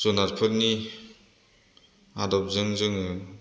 जुनारफोरनि आदबजों जोङो